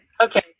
Okay